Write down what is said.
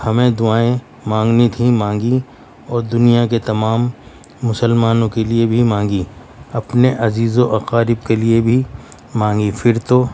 ہمیں دعائیں مانگنی تھیں مانگیں اور دنیا کے تمام مسلمانوں کے لیے بھی مانگی اپنے عزیز و اقارب کے لیے بھی مانگی پھر تو